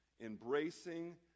Embracing